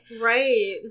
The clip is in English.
right